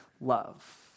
love